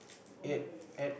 ate ate